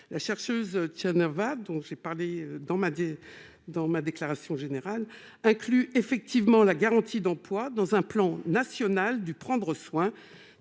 la chercheuse Vabre dont j'ai parlé dans ma dit dans ma déclaration générale inclus, effectivement, la garantie d'emploi dans un plan national du prendre soin